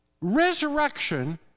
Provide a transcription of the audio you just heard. resurrection